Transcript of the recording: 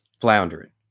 floundering